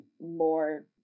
more